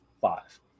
five